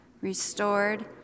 restored